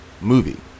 movie